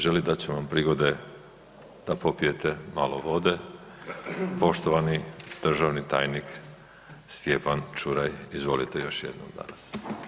Želi, dat ćemo vam prigode da popijete malo vode, poštovani državni tajnik Stjepan Čuraj, izvolite još jednom danas.